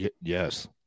Yes